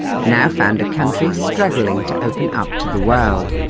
but now found a country struggling to open up to the world.